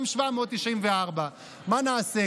גם 794. מה נעשה,